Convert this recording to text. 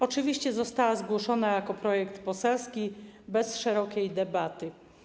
Oczywiście została zgłoszona jako projekt poselski, bez szerokiej debaty.